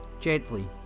Gently